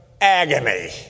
agony